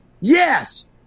yes